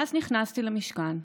מאז נכנסתי למשכן,